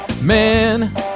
man